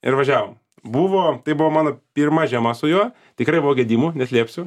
ir važiavom buvo tai buvo mano pirma žiema su juo tikrai buvo gedimų neslėpsiu